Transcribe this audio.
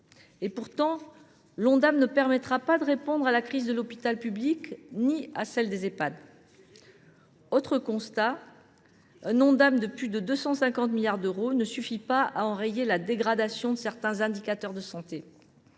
Pourtant, l’Ondam ne permettra pas de répondre à la crise de l’hôpital public ni à celle des Ehpad. Autre constat : un Ondam de plus de 250 milliards d’euros ne suffit pas à enrayer la dégradation de certains indicateurs de santé.